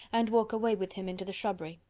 and walk away with him into the shrubbery.